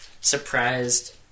surprised